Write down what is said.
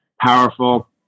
powerful